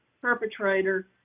perpetrator